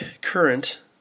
current